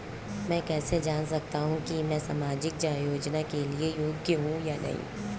मैं कैसे जान सकता हूँ कि मैं सामाजिक योजना के लिए योग्य हूँ या नहीं?